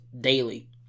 daily